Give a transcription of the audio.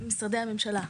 משרדי הממשלה.